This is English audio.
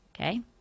Okay